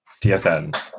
TSN